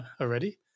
already